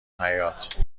حباط